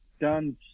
done